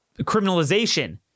criminalization